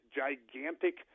gigantic